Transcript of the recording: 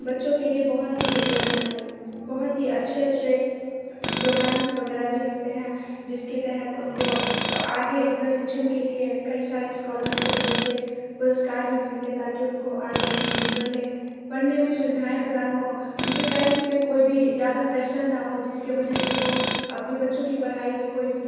बच्चों के लिए बहुत ही बहुत ही अच्छे अच्छे प्रोग्राम्स वगैरह भी रखते हैं जिसके तहत उनको आगे प्रशिक्षण के लिए कई सारे स्कॉलरशिप जैसे पुरस्कार भी मिलते हैं ताकि उनको आगे अपने जीवन में पढ़ने में सुविधायें प्रदान हो उनके पेरेंट् पर कोई भी ज़्यादा प्रेशर ना हो जिसके वजह से वो अपने बच्चों की पढ़ाई में कोई भी